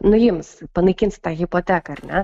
nuims panaikins tą hipoteką ar ne